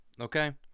okay